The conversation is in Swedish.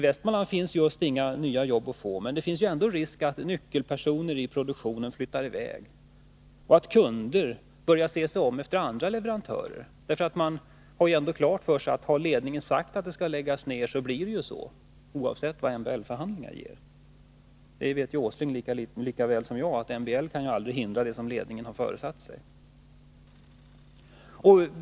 Det finns just inga nya jobb att få i Västmanland, men det är ändå risk för att nyckelpersoner i produktionen flyttar i väg och att kunder börjar se sig om efter andra leverantörer. De har ju klart för sig att om ledningen har sagt att fabriken skall läggas ned så blir det så, oavsett vad MBL-förhandlingarna ger för resultat. Nils Åsling vet lika väl som jag att MBL aldrig kan hindra det som ledningen har föresatt sig.